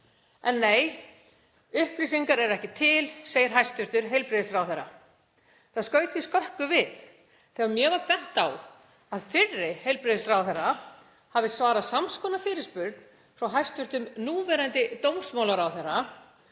En nei, upplýsingar eru ekki til, segir hæstv. heilbrigðisráðherra. Það skaut því skökku við þegar mér var bent á að fyrri heilbrigðisráðherra hafi svarað sams konar fyrirspurn frá hæstv. núverandi dómsmálaráðherra.